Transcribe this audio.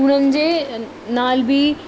उन्हनि जे नाल बि